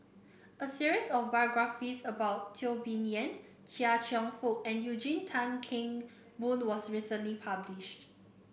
a series of biographies about Teo Bee Yen Chia Cheong Fook and Eugene Tan Kheng Boon was recently published